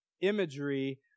imagery